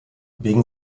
wegen